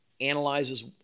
analyzes